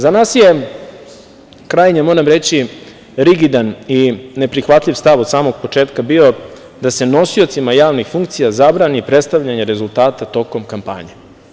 Za nas je krajnje, moram reći, rigidan i neprihvatljiv stav od samog početka bio da se nosiocima javnih funkcija zabrani predstavljanje rezultata tokom kampanje.